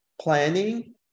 planning